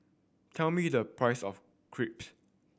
tell me the price of Crepe